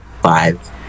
five